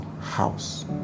house